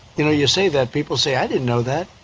you know, you say that, people say, i didn't know that.